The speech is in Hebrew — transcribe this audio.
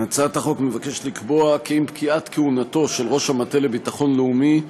בהצעת החוק מוצע לקבוע כי עם פקיעת כהונתו של ראש המטה לביטחון לאומי,